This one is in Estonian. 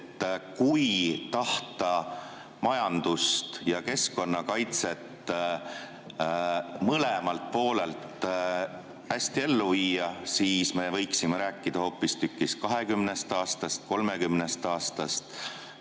Kui tahta majandust ja keskkonnakaitset mõlemalt poolelt hästi ellu viia, siis me võiksime rääkida hoopistükkis 20 või 30 aastast,